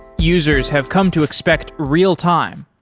users have come to expect real-time.